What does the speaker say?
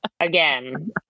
again